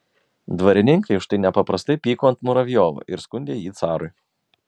dvarininkai už tai nepaprastai pyko ant muravjovo ir skundė jį carui